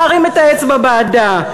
להרים את האצבע בעדה?